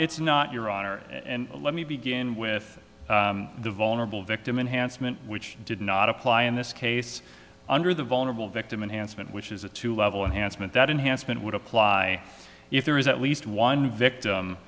it's not your honor and let me begin with the vulnerable victim enhanced men which did not apply in this case under the vulnerable victim enhanced meant which is a two level enhanced meant that enhancement would apply if there is at least one